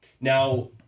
Now